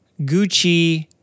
gucci